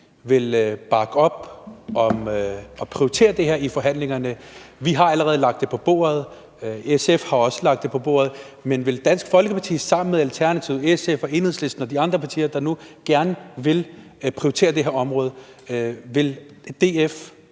vil bakke op om det og prioritere det her i forhandlingerne. Vi har allerede lagt det på bordet. SF har også lagt det på bordet. Men vil Dansk Folkeparti sammen med Alternativet, SF, Enhedslisten og de andre partier, der nu gerne vil prioritere det her område, bakke